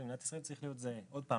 במדינת ישראל צריך להיות זהה - עוד פעם,